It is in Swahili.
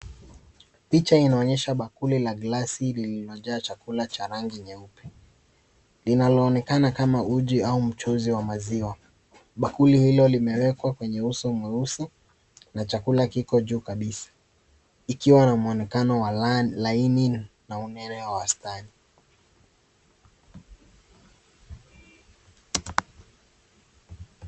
Picha inaonyesha bakuli la glasi lililojaa chakula cha rangi nyeupe, Iinalo onekana kama uji au mchuzi wa maziwa. Bakuli hilo limewekwa kwenye uso mweusi na chakula kiko juu kabisa ikiwa na muonekano wa laini na unere wastani.